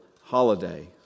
holiday